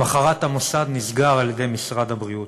למחרת המוסד נסגר על-ידי משרד הבריאות.